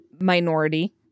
minority